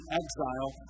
exile